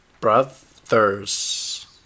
brothers